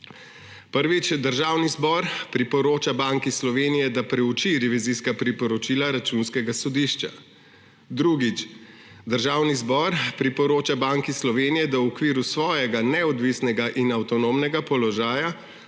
Prvič, Državni zbor priporoča Banki Slovenije, da preuči revizijska priporočila Računskega sodišča. Drugič, Državni zbor priporoča Banki Slovenije, da v okviru svojega neodvisnega in avtonomnega položaja